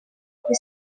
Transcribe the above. kuri